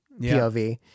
pov